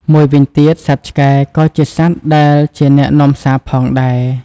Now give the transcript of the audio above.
មួយវិញទៀតសត្វឆ្កែ ក៏ជាសត្វដែលជាអ្នកនាំសារផងដែរ។